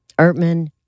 Ertman